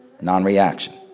non-reaction